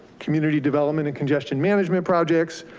community development and congestion management projects,